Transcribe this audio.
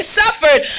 suffered